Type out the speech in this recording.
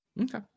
okay